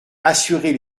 assurer